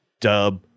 dub